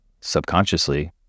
subconsciously